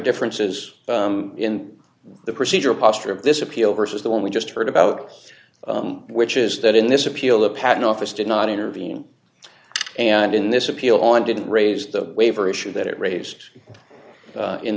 differences in the procedural posture of this appeal versus the one we just heard about which is that in this appeal the patent office did not intervene and in this appeal on did raise the waiver issue that it raised